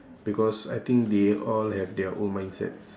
because I think they all have their own mindsets